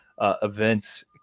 events